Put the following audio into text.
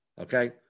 Okay